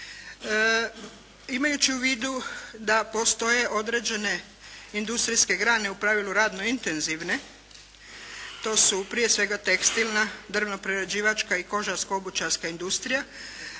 Imajući u vidu da postoje određene industrijske grane u pravilu radno intenzivne, to su prije svega tekstilna, drvno-prerađivačka i kožarsko-obućarska industrija.